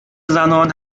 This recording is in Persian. زنان